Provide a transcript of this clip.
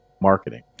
marketing